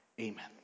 Amen